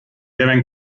deben